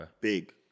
Big